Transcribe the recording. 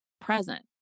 present